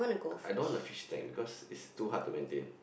I don't want a fish tank because it's too hard to maintain